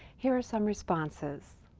here are some responses.